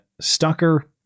stucker